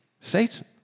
Satan